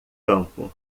campo